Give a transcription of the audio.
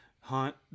Hunt